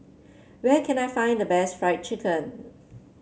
where can I find the best Fried Chicken